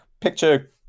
picture